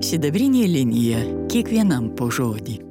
sidabrinė linija kiekvienam po žodį